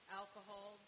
alcohol